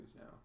now